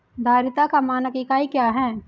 धारिता का मानक इकाई क्या है?